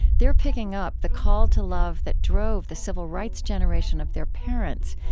they're picking up the call to love that drove the civil rights generation of their parents,